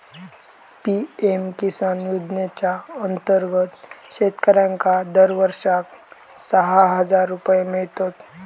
PM Kisan योजनेच्या अंतर्गत शेतकऱ्यांका दरवर्षाक सहा हजार रुपये मिळतत